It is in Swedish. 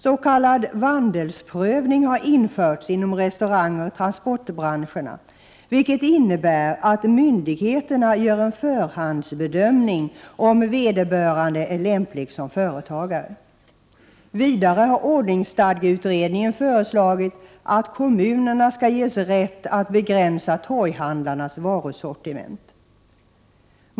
S.k. vandelsprövning har införts inom restaurangoch transportbranscherna, vilket innebär att myndigheterna gör en förhandsbedömning om vederbörande är lämplig som företagare. Vidare har ordningsstadgeutredningen föreslagit att kommunerna skall ges rätt att begränsa torghandlarnas varusortiment.